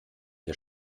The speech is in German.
der